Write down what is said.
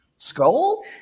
Skull